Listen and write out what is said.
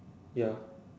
ya